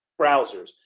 browsers